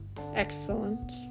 Excellent